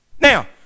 now